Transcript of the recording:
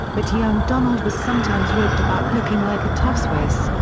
but young donald was sometimes ribbed about looking like a tough swiss.